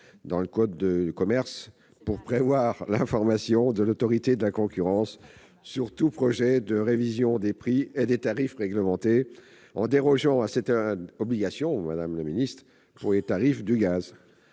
dans le code de commerce pour prévoir l'information de l'Autorité de la concurrence sur tout projet de révision des prix et des tarifs réglementés en dérogeant à cette obligation pour les tarifs du gaz.